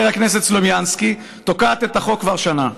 הכנסת סלומינסקי תוקעת את החוק כבר שנה.